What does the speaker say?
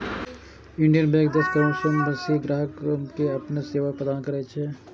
Indian Bank दस करोड़ सं बेसी ग्राहक कें अपन सेवा प्रदान करै छै